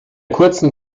kurzen